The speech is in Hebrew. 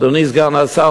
אדוני סגן השר,